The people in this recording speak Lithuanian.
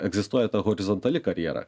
egzistuoja ta horizontali karjera